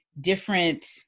different